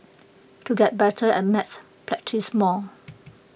to get better at maths practise more